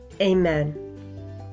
Amen